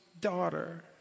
daughter